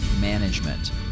Management